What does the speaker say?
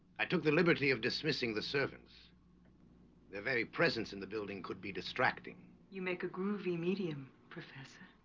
i took the liberty of dismissing the servants their very presence in the building could be distracting you make a groovy medium professor.